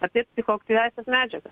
apie psichoaktyviąsias medžiagas